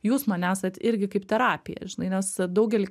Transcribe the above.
jūs man esat irgi kaip terapija žinai nes daugelį